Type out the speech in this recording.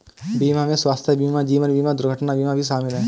बीमा में स्वास्थय बीमा जीवन बिमा दुर्घटना बीमा भी शामिल है